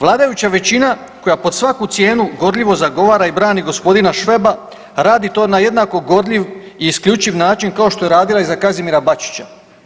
Vladajuća većina koja pod svaku cijenu gorljivo zagovara i brani g. Šveba radi to na jednako gorljiv i isključiv način kao što je radila i za Kazimira Bačića.